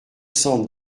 cent